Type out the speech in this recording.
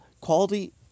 quality